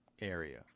area